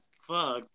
Fuck